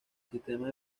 sistema